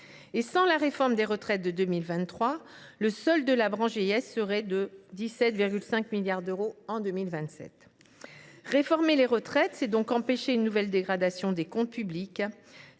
sans la réforme des retraites de 2023, le déficit de la branche vieillesse serait de 17,5 milliards d’euros en 2027. Réformer les retraites, c’est donc empêcher une nouvelle dégradation des comptes publics.